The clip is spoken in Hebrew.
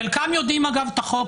חלקם יודעים אגב את החוק,